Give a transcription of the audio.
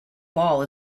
ball